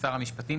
שר המשפטים,